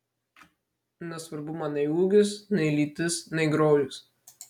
nesvarbu man nei ūgis nei lytis nei grožis